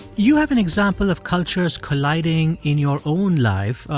you have an example of cultures colliding in your own life.